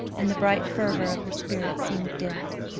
and the bright fervor of her spirit seemed dimmed.